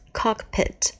cockpit